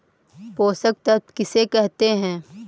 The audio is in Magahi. पोषक तत्त्व किसे कहते हैं?